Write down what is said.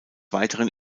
weiteren